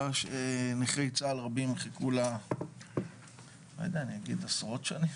בשורה שנכי צה"ל רבים חיכו לה עשרות שנים.